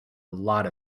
lot